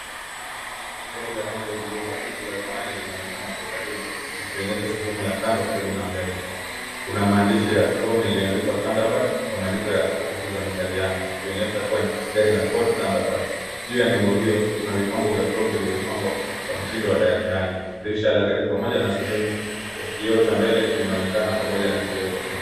Gari la rangi ya buluu hafifu la dhamani linaonekana kwa karibu, likionyesha sehemu ya kando karibu na mbele. Kuna maandishi ya chrome yaliyoandikwa thunderbird kwa maandiko ya herufi za miitaliano ,yakionyesha kuwa ni gari la ford thunderbird .Juu ya nembo hio kuna vipambo vya chrome vilivyopangwa kwa mtindo wa diagonali . Dirisha la gari pamoja na sehemu ya kioo kya mbele vinaonekana pamoja na kioo kya mbele.